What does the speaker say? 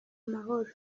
mahoro